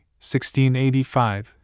1685